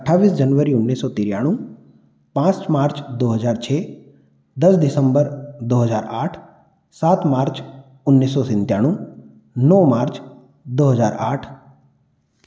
अट्ठाविस जनवरी उन्नीस सौ तिरयाणु पाँच मार्च दो हज़ार छ दस दिसम्बर दो हज़ार आठ सात मार्च उन्नीस सौ सिन्ताणु नौ मार्च दो हज़ार आठ